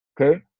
Okay